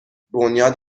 بنیاد